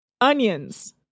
Onions